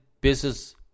business